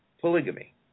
polygamy